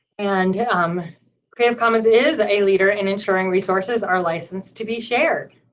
and um creative commons is a leader in ensuring resources are licensed to be shared.